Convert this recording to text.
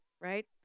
right